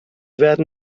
werden